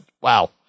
Wow